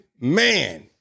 man